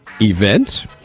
event